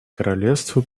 королевство